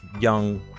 young